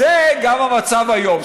זה גם המצב היום.